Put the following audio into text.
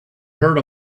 heard